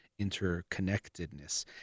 interconnectedness